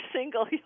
single